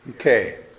Okay